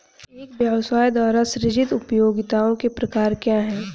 एक व्यवसाय द्वारा सृजित उपयोगिताओं के प्रकार क्या हैं?